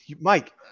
Mike